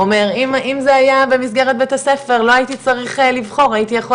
אומר אם זה היה במסגרת בית הספר לא הייתי צריך לבחור הייתי יכול